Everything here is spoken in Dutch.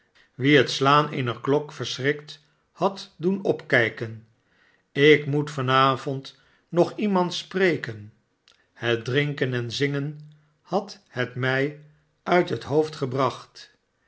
wien het slaan eener klok verschrikt had doen opkijken ik moet van avond nog iemand spreken het drinken en zingen had het mij uit het hoofdgebracht